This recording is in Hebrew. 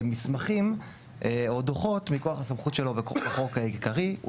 מסמכים או דוחות מכוח הסמכות שלו בתוך החוק העיקרי הוא